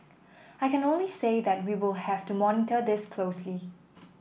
I can only say that we will have to monitor this closely